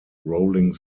rolling